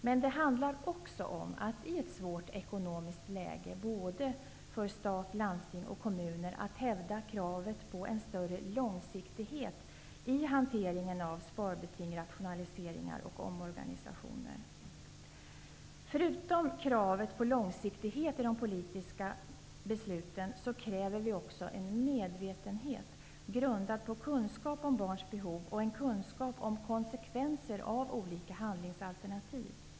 Men det handlar också om att i ett svårt ekonomiskt läge för såväl stat som landsting och kommuner hävda kravet på en större långsiktighet i hanteringen av sparbeting, rationaliseringar och omorganisationer. Förutom kravet på långsiktighet i de politiska besluten kräver vi också en medvetenhet grundad på kunskap om barns behov och en kunskap om konsekvenser av olika handlingsalternativ.